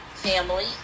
Family